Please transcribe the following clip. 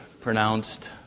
pronounced